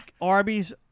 Arby's